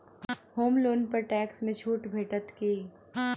होम loan पर tax मे छुट भेटत की